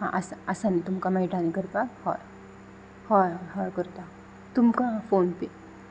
हा आसा आसा न्ही तुमकां मेयटा न्ही करपाक हय हय हय हय करता तुमकां फोनपे